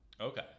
Okay